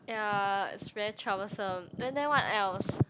ya it's very troublesome and then what else